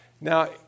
Now